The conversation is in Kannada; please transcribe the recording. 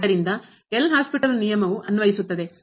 ಆದ್ದರಿಂದ ಎಲ್ ಹಾಸ್ಪಿಟಲ್ ನಿಯಮವೂ ಅನ್ವಯಿಸುತ್ತದೆ